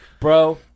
Bro